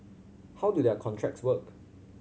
how do their contracts work